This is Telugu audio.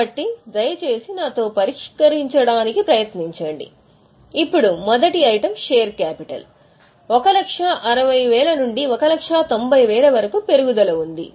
కాబట్టి దయచేసి నాతో పరిష్కరించడానికి ప్రయత్నించండి ఇప్పుడు మొదటి ఐటెమ్ షేర్ క్యాపిటల్ 160000 నుండి 190000 వరకు పెరుగుదల ఉంది